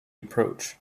approach